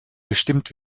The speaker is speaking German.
bestimmt